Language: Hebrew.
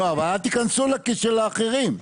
אל תיכנסו לכיס של האחרים.